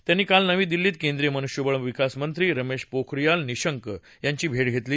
त्यांनी काल नवी दिल्लीत केंद्रीय मनुष्यबळ विकास मंत्री रमेश पोखरियाल निशंक यांची भेट घेतली